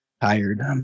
tired